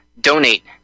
Donate